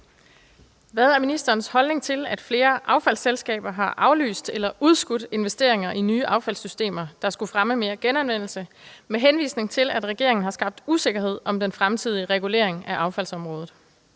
Hvad er ministerens holdning til, at flere affaldsselskaber har aflyst eller udskudt investeringer i nye affaldssystemer, der skulle fremme genanvendelse, med henvisning til, at regeringen har skabt usikkerhed om den fremtidige regulering af affaldsområdet?